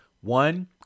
One